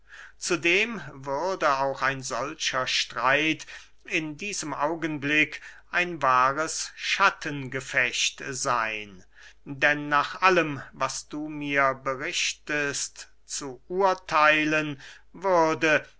zudem würde auch ein solcher streit in diesem augenblick ein wahres schattengefecht seyn denn nach allem was du mir berichtest zu urtheilen würde